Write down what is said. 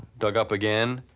dug up again,